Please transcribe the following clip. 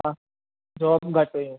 हा जॉब घटि हुइयूं